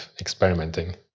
experimenting